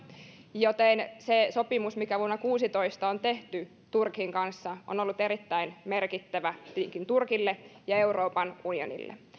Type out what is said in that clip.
joten se sopimus mikä vuonna kuusitoista on tehty turkin kanssa on ollut erittäin merkittävä tietenkin turkille ja euroopan unionille